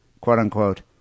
quote-unquote